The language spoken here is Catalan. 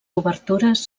obertures